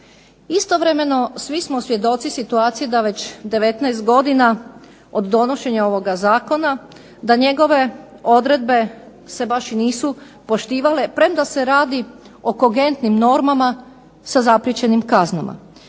Istovremeno svi smo svjedoci situacije da već 19 godina od donošenja ovoga zakona da njegove odredbe se baš i nisu poštivale, premda se radi o kogentnim normama sa zapriječenim kaznama.